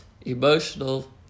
emotional